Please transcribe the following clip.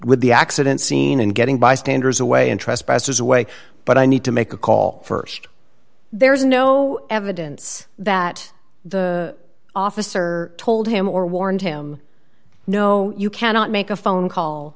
with the accident scene and getting bystanders away and trespassers away but i need to make a call st there's no evidence that the officer told him or warned him no you cannot make a phone call